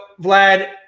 Vlad